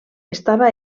estava